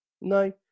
No